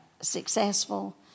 successful